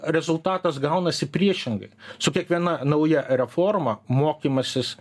rezultatas gaunasi priešingai su kiekviena nauja reforma mokymasis